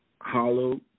hollow